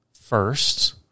first